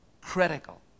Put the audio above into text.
Critical